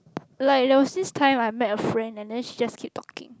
like there was this time I met a friend and then she just keep talking